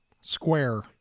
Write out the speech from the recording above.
square